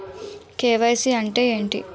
KYC అంటే ఏంటి?